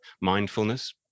mindfulness